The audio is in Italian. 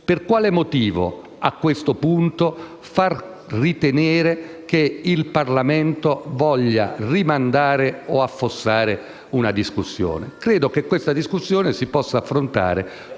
Per quale motivo, a questo punto, far intendere che il Parlamento voglia rimandare o affossare una discussione? Credo che questa discussione si possa affrontare